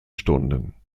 stunden